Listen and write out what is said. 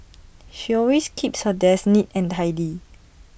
she always keeps her desk neat and tidy